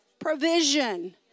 provision